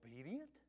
obedient